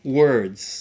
words